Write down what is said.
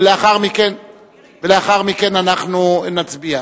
ולאחר מכן אנחנו נצביע.